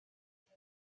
امیر